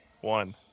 One